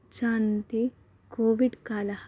जानन्ति कोविड्कालः